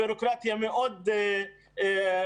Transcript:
ביורוקרטיה מאוד קטלנית.